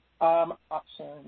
Option